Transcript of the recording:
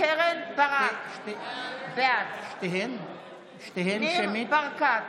קרן ברק, בעד ניר ברקת,